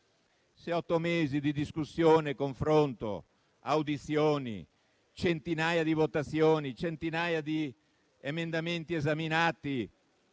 otto mesi di discussione, confronto, audizioni, centinaia di votazioni, centinaia di emendamenti esaminati,